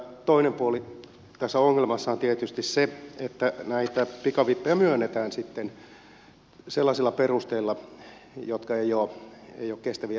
toinen puoli tässä ongelmassa on tietysti se että näitä pikavippejä myönnetään sellaisilla perusteilla jotka eivät ole kestäviä